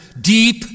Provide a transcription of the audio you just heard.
Deep